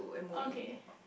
okay